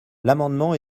l’amendement